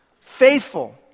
faithful